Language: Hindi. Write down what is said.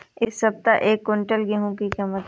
इस सप्ताह एक क्विंटल गेहूँ की कीमत क्या है?